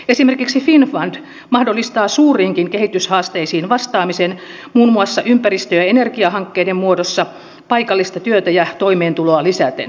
esimerkiksi finnfund mahdollistaa suuriinkin kehityshaasteisiin vastaamisen muun muassa ympäristö ja energiahankkeiden muodossa paikallista työtä ja toimeentuloa lisäten